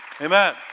Amen